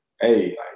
hey